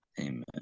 Amen